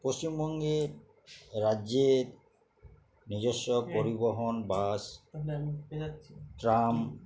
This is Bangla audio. পশ্চিমবঙ্গের রাজ্যের নিজস্ব পরিবহন বাস ট্রাম